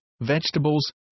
vegetables